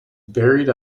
buried